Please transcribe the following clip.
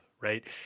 right